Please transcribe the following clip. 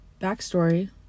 backstory